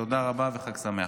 תודה רבה וחג שמח.